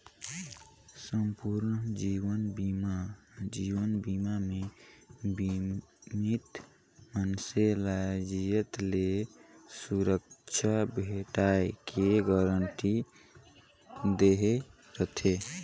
संपूर्न जीवन बीमा जीवन बीमा मे बीमित मइनसे ल जियत ले सुरक्छा भेंटाय के गारंटी दहे रथे